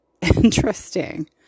interesting